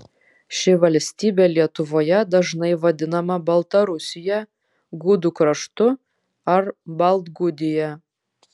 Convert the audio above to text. ši valstybė lietuvoje dažnai vadinama baltarusija gudų kraštu ar baltgudija